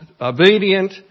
obedient